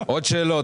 יש עוד שאלות?